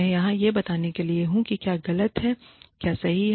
मैं यहां यह बताने के लिए नहीं हूं कि क्या गलत है क्या सही है